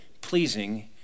pleasing